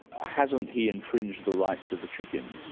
hasn't he infringed the rights of the chickens?